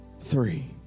three